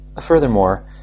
Furthermore